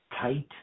tight